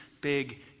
big